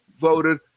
voted